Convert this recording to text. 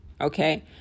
okay